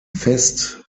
fest